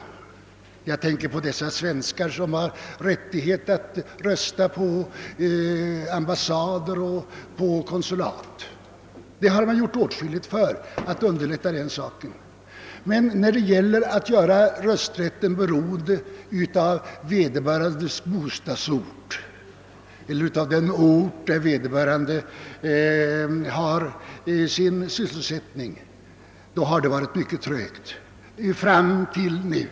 Jag tänker på de hemmasvenskar som har beretts möjlighet ati utomlands rösta på ambassader och på konsulat. När det emellertid gäller att göra rösträtten oberoende av vederbörandes bostadsort d. v. s. den ort där vederbörande har sin sysselsättning har det gått ganska trögt ända tills nu.